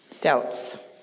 Doubts